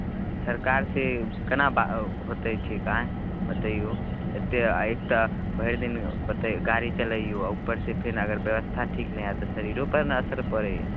ह्म्म सरकारसँ केना बा होतै ठीक आँय बतैयौ एतेक एकटा भरि दिन बतै गाड़ी चलैयौ ऊपरसँ फेर अगर व्यवस्था ठीक नहि हैत तऽ शरीरोपर ने असर पड़ैए